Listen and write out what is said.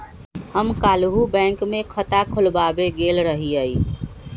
हम काल्हु बैंक में खता खोलबाबे गेल रहियइ